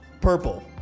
purple